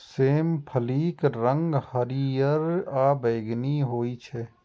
सेम फलीक रंग हरियर आ बैंगनी होइ छै